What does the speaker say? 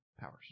powers